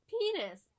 penis